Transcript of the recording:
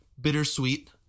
bittersweet